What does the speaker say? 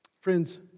Friends